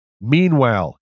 Meanwhile